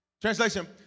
Translation